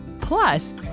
Plus